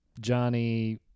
Johnny